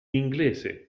inglese